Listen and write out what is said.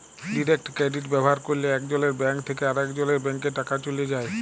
direct credit ব্যাভার ক্যরলে একজলের ব্যাংক থ্যাকে আরেকজলের ব্যাংকে টাকা চ্যলে যায়